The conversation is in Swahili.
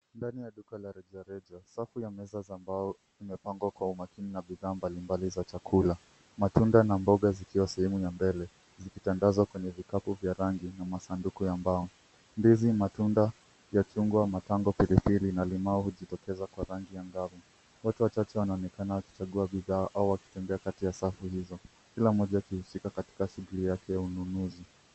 Ndani ya duka la rejareja, safu ya meza za mbao imepangwa kwa umakini na bidhaa mbalimbali za chakula, matunda na mboga zikiwa sehemu ya mbele, zikitandazwa kwenye vikapu vya rangi na masanduku ya mbao. Ndizi, matunda ya chungwa, pilipili na limau hujitokeza kwa rangi angavu. Watu wachache wanaonekana wakitembea katika safu hizo, kila mmoja akihusika katika shughuli yake ya ununuzi.